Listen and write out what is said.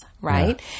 Right